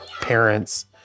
parents